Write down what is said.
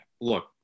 Look